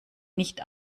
nicht